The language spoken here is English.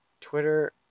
Twitter